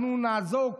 אנחנו נעזור,